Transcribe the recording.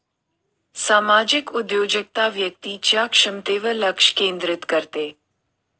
सामाजिक उद्योजकता व्यक्तीच्या क्षमतेवर लक्ष केंद्रित करते